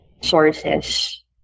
sources